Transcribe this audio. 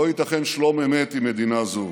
לא ייתכן שלום אמת עם מדינה זו.